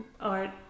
art